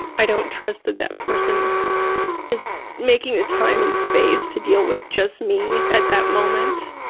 i don't trust that that person is making the time and space to deal with just me at that moment.